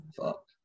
Fuck